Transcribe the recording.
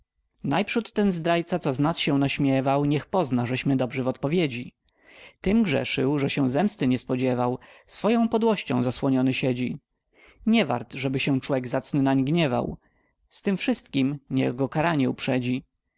ten zdrajca co z nas się naśmiewał niech pozna żeśmy dobrzy w odpowiedzi tem grzeszył że się zemsty nie spodziewał swoją podłością zasłoniony siedzi nie wart żeby się człek zacny nań gniewał z tem wszystkiem niech go karanie uprzedzi